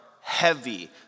heavy